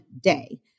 day